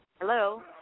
Hello